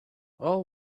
all